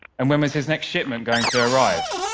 and when was his next shipment going to arrive?